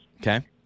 Okay